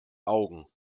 augen